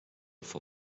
for